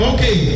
Okay